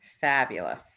Fabulous